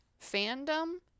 fandom